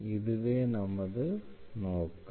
இதுவே நமது நோக்கம்